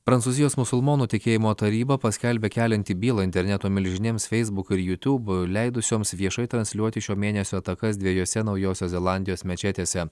prancūzijos musulmonų tikėjimo taryba paskelbė kelianti bylą interneto milžinėms facebook ir youtube leidusioms viešai transliuoti šio mėnesio atakas dviejose naujosios zelandijos mečetėse